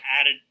added